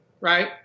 right